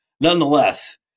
nonetheless